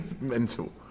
mental